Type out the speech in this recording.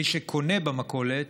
מי שקונה במכולת,